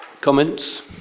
comments